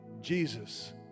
Jesus